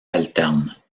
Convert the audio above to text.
alternes